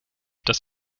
dass